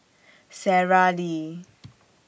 Sara Lee